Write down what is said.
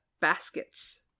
baskets